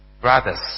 Brothers